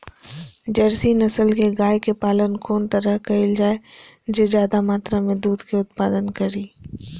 Jersey नस्ल के गाय के पालन कोन तरह कायल जाय जे ज्यादा मात्रा में दूध के उत्पादन करी?